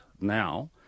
now